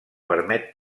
permet